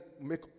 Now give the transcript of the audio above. make